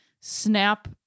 snap